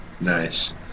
nice